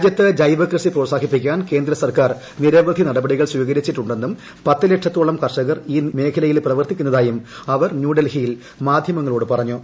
രാജ്യത്ത് ജൈവകൃഷി പ്രോത്സാഹിപ്പിക്കാൻ കേന്ദ്ര സർക്കാർ നിരവധി നടപടികൾ സ്വീകരിച്ചിട്ടുണ്ടെന്നും പത്ത് ലക്ഷത്തോളം കർഷകർ ഈ മേഖലയിൽ പ്രവർത്തിക്കുന്നതായും അവർ ന്യൂഡൽഹിയിൽ മാധ്യമങ്ങളോട് പറഞ്ഞു